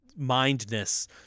mindness